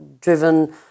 driven